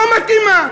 לא מתאימה.